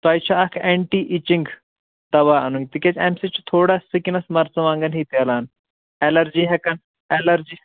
تۄہہِ چھِ اَکھ اینٹی اِچِنگ دوا انُن تِکیٛازِ امہِ سۭتۍ چھُ تھوڑا سِکِنس مرژٕوانٛگن ہِوۍ تیٚلان ایٚلرجی ہیٚکن ایٚلرجی